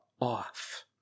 off